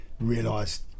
realised